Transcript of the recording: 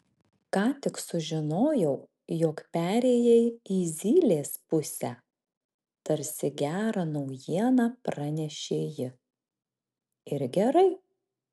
ką tik sužinojau jog perėjai į zylės pusę tarsi gerą naujieną pranešė ji ir gerai